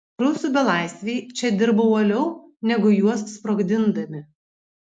rusų belaisviai čia dirbo uoliau negu juos sprogdindami